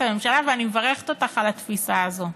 הממשלה ואני מברכת אותך על התפיסה הזו.